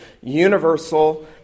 universal